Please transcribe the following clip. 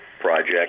project